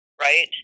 right